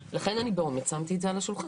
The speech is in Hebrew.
לכן אני שמתי את זה על השולחן,